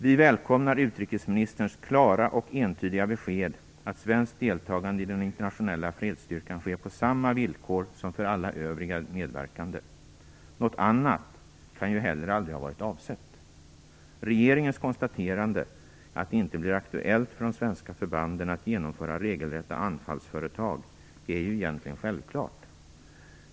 Vi välkomnar utrikesministerns klara och entydiga besked att svenskt deltagande i den internationella fredsstyrkan sker på samma villkor som för alla övriga medverkande. Något annat kan ju heller aldrig ha varit avsett. Regeringens konstaterande att det inte blir aktuellt för de svenska förbanden att genomföra regelrätta anfallsföretag, är ju egentligen självklart.